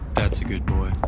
that's a good boy